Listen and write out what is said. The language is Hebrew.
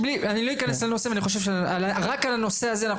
אני לא אכנס לנושא אבל אני חושב שרק על הנושא הזה אנחנו